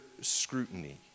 scrutiny